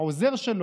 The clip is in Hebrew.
העוזר שלו,